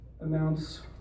amounts